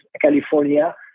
California